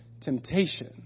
temptation